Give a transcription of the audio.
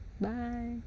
Bye